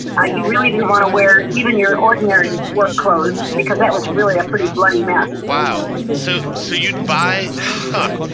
ah you really didn't want to wear even your ordinary work clothes because that was really a pretty bloody mess. wow. so, so you'd buy, huh?